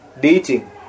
Dating